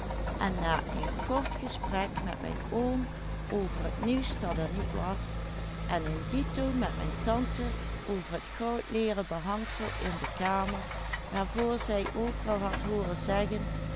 was en een dito met mijn tante over het goudleeren behangsel in de kamer waarvoor zij ook wel had hooren zeggen